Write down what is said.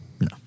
No